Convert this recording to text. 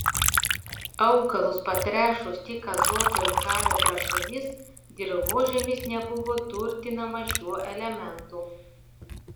augalus patręšus tik azoto ir kalio trąšomis dirvožemis nebuvo turtinamas šiuo elementu